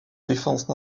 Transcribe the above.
défense